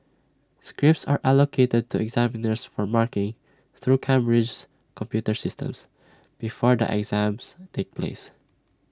scripts are allocated to examiners for marking through Cambridge's computer systems before the exams take place